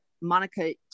Monica